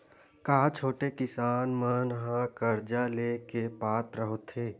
का छोटे किसान मन हा कर्जा ले के पात्र होथे?